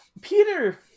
Peter